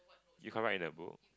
you can't write in the book